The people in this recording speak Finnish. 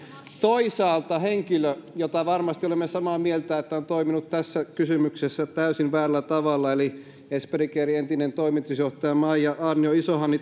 toisaalta henkilö joka varmasti tästä olemme samaa mieltä on toiminut tässä kysymyksessä täysin väärällä tavalla eli esperi caren entinen toimitusjohtaja marja aarnio isohanni